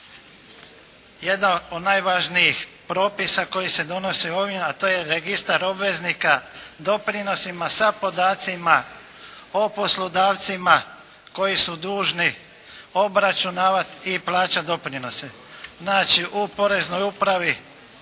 Jedan od najvažnijih propisa koji se donose ovim, a to je registar obveznika doprinosima sa podacima o poslodavcima koji su dužni obračunavati i plaćati doprinose. Znači u poreznoj upravi